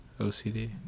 OCD